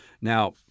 Now